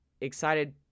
excited